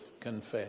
confess